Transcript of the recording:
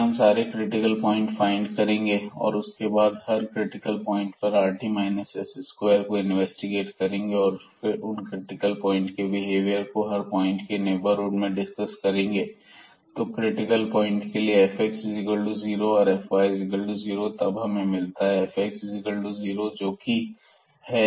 पहले हम सारे क्रिटिकल पॉइंट फाइंड करेंगे और फिर उसके बाद हर क्रिटिकल पॉइंट पर rt माइनस s स्क्वायर को इन्वेस्टिगेट करेंगे और फिर उन क्रिटिकल पॉइंट के बिहेवियर को इन पॉइंट के नेबरहुड में डिस्कस करेंगे तो क्रिटिकल पॉइंट के लिए fx0 और fy0 तब हमें मिलता है fx0 जोकि है fx3x2 12x